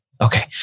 Okay